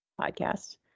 podcast